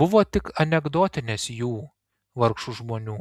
buvo tik anekdotinės jų vargšų žmonių